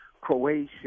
Croatia